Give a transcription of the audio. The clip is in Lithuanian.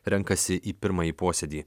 renkasi į pirmąjį posėdį